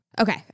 Okay